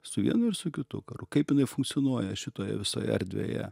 su vienu ir su kitu karu kaip jinai funkcionuoja šitoje visoje erdvėje